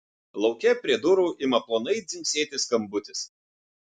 lauke prie durų ima plonai dzingsėti skambutis